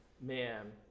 Man